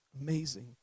Amazing